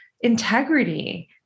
integrity